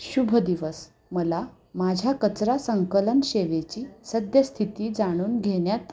शुभ दिवस मला माझ्या कचरा संकलन सेवेची सद्यस्थिती जाणून घेण्यात